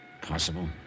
Possible